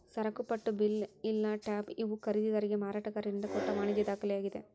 ಸರಕುಪಟ್ಟ bill ಇಲ್ಲಾ tab ಇವು ಖರೇದಿದಾರಿಗೆ ಮಾರಾಟಗಾರರಿಂದ ಕೊಟ್ಟ ವಾಣಿಜ್ಯ ದಾಖಲೆಯಾಗಿದೆ